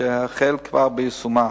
והוחל כבר ביישומה.